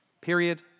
period